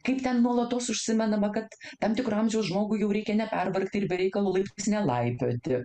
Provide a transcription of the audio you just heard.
kaip ten nuolatos užsimenama kad tam tikro amžiaus žmogui jau reikia nepervargti ir be reikalo laiptais nelaipioti